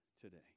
today